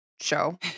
show